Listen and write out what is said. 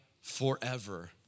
forever